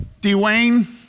Dwayne